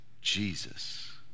Jesus